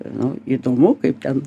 nu įdomu kaip ten